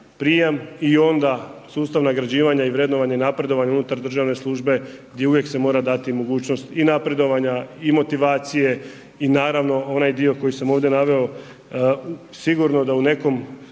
prijem i onda sustav nagrađivanja i vrednovanje i napredovanje unutar državne službe gdje uvijek se mora dati mogućnost i napredovanja i motivacije i naravno onaj dio koji sam ovdje naveo, sigurno da u nekoj